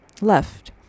left